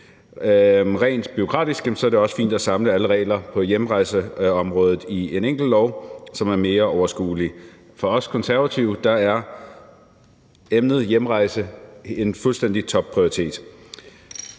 Rent bureaukratisk er det også fint at samle alle regler på hjemrejseområdet i en enkelt lov, som er mere overskuelig. For os Konservative er emnet hjemrejse en fuldstændig topprioritet.